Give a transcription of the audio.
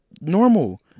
normal